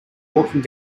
walking